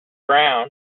brown